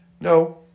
No